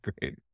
Great